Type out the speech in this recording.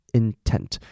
intent